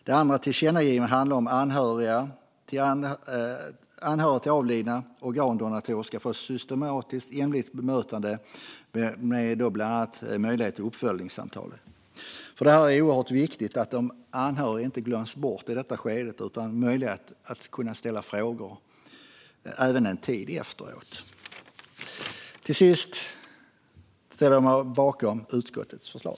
Det andra tillkännagivandet handlar om att anhöriga till avlidna organdonatorer ska få ett systematiskt och jämlikt bemötande med bland annat möjlighet till uppföljningssamtal. Det är oerhört viktigt att de anhöriga inte glöms bort i detta skede utan har möjlighet att ställa frågor även en tid efteråt. Till sist, fru talman, yrkar jag bifall till utskottets förslag.